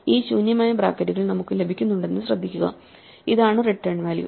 ഈ ശൂന്യമായ ബ്രാക്കറ്റുകൾ നമുക്ക് ലഭിക്കുന്നുണ്ടെന്ന് ശ്രദ്ധിക്കുക ഇതാണ് റിട്ടേൺ വാല്യൂ